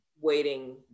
waiting